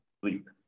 Sleep